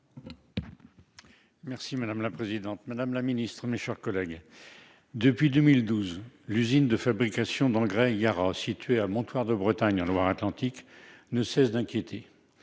Madame la présidente, madame la secrétaire d'État, mes chers collègues, depuis 2012, l'usine de fabrication d'engrais Yara, située à Montoir-de-Bretagne, en Loire-Atlantique, ne cesse d'inquiéter.